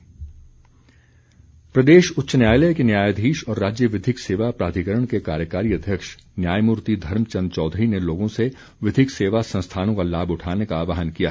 विधिक शिविर प्रदेश उच्च न्यायालय के न्यायाधीश और राज्य विधिक सेवा प्राधिकरण के कार्यकारी अध्यक्ष न्यायमूर्ति धर्मचंद चौधरी ने लोगों से विधिक सेवा संस्थानों का लाभ उठाने का आहवान किया है